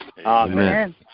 Amen